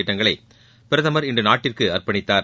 திட்டங்களை பிரதமர் இன்று நாட்டிற்கு அர்ப்பணித்தார்